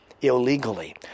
illegally